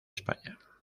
españa